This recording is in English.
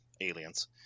aliens